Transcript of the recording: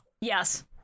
Yes